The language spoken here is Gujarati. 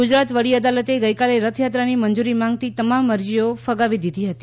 ગુજરાત વડી અદાલતે ગઇકાલે રથયાત્રાની મંજૂરી માંગતી તમામ અરજીઓ ફગાવી દીધી હતી